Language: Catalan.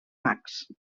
mags